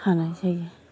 हानाय जायो